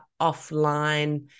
offline